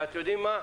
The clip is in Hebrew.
אתם יודעים מה,